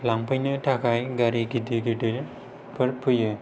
लांफैनो थाखाय गारि गिदिर गिदिरफोर फैयो